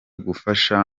gufasha